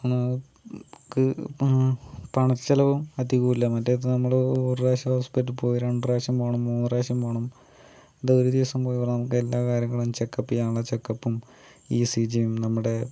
നമുക്ക് ഇപ്പോൾ പണചിലവും അധികം ഇല്ല മറ്റേത് നമ്മൾ ഒരു പ്രാവശ്യം ഹോസ്പിറ്റലിൽ പോയി രണ്ട് പ്രാവശ്യം പോവണം മൂന്ന് പ്രാവശ്യം പോവണം ഇത് ഒരു ദിവസം പോയാൽ തന്നെ നമുക്ക് എല്ലാ കാര്യങ്ങളും ചെക്കപ്പ് ചെയ്യാൻ ഉള്ളത് ചെക്കപ്പും ഇ സി ജിയും നമ്മുടെ